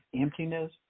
emptiness